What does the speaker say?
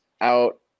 out